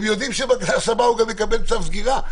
הם יודעים שבקנס הבא הוא גם יקבל צו סגירה.